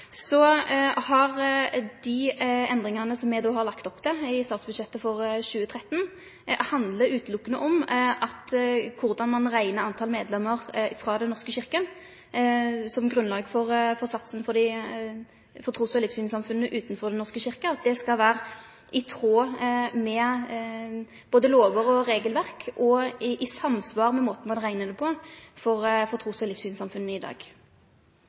Så handlar endringane som me har lagt opp til i statsbudsjettet for 2013, utelukkande om korleis ein reknar talet på medlemmer frå Den norske kyrkja som grunnlag for satsen for trus- og livssynssamfunna utanfor Den norske kyrkja – at det skal vere i tråd med både lover og regelverk og i samsvar med måten ein bereknar det på for trus- og livssynssamfunna i dag.